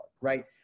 right